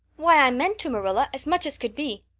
why, i meant to, marilla, as much as could be.